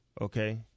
okay